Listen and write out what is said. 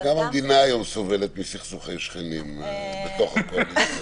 גם המדינה היום סובלת מסכסוכי שכנים בתוך הקואליציה.